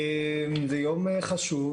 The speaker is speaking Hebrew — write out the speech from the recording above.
זה יום חשוב.